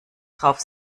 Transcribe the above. drauf